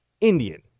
Indian